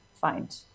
find